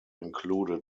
included